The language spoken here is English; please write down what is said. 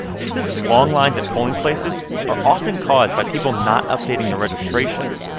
she says long lines at polling places are often caused by people not updating their registrations,